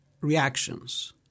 reactions